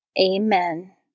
Amen